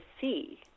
see